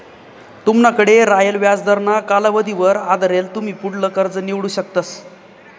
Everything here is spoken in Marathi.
तुमनाकडे रायेल व्याजदरना कालावधीवर आधारेल तुमी पुढलं कर्ज निवडू शकतस